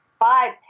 five